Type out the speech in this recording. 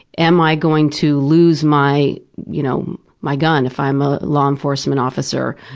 am i going to lose my you know my gun if i'm a law enforcement officer,